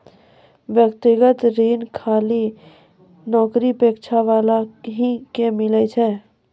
व्यक्तिगत ऋण खाली नौकरीपेशा वाला ही के मिलै छै?